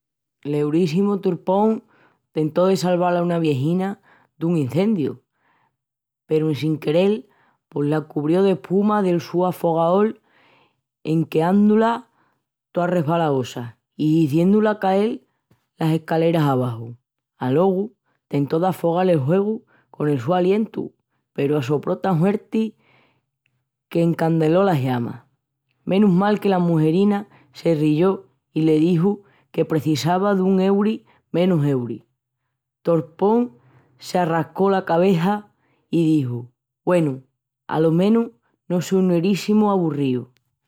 L'euríssimu Torpón tentó de salval a una viejina dun enciendu peru en sin querel pos la cubrió d'espuma del su afogaol en queandu-la toa resbalosa i hiziendu-la cael las escaleras abaxu. Alogu tentó d'afogal el huegu col su alientu peru assopró tan huerti qu'encandeló las llamas. Menus mal que la mugerina se riyó i le dixu que precisava dun euri menus euri. Torpón s'arrascó la cabeça i dixu: Güenu, alo menus no só un euríssimu aburríu!